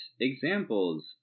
examples